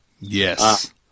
Yes